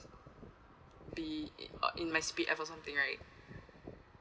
be in uh my speed and for something right